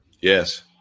Yes